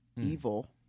evil